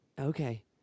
Okay